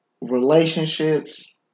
Relationships